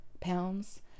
pounds